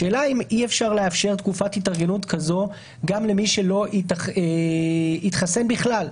השאלה אם אי אפשר לאפשר תקופת התארגנות כזאת גם למי שלא התחסן בכלל.